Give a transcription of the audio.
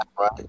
right